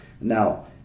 Now